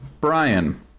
Brian